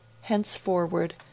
Henceforward